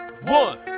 One